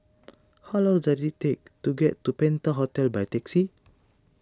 how long does it take to get to Penta Hotel by taxi